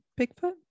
Bigfoot